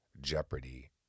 Jeopardy